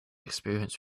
experience